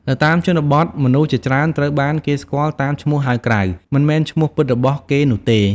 នៅតាមជនបទ មនុស្សជាច្រើនត្រូវបានគេស្គាល់តាមឈ្មោះហៅក្រៅ មិនមែនឈ្មោះពិតរបស់គេនោះទេ។